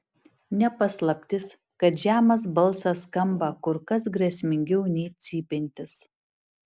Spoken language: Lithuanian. ne paslaptis kad žemas balsas skamba kur kas grėsmingiau nei cypiantis